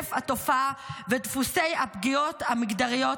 היקף התופעה ודפוסי הפגיעות המגדריות,